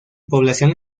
población